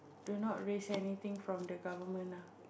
do not risk anything from the government ah